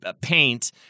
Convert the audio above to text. paint